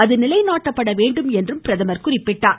அது நிலைநாட்டப்பட வேண்டும் என்றும் குறிப்பிட்டார்